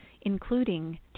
including